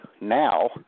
now